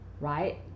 right